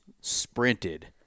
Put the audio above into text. sprinted